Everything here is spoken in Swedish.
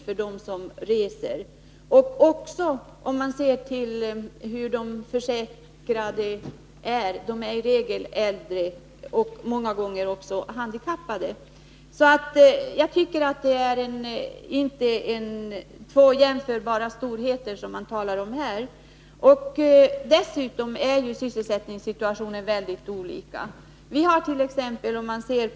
Där gäller också att de försäkrade i regel är äldre, många gånger också handikappade. Jag tycker därför att Stockholm och glesbygden inte är jämförbara storheter. Dessutom är ju sysselsättningssituationen inte densamma.